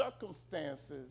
circumstances